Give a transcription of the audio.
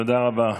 תודה רבה.